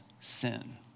sin